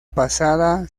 pasada